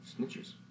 snitches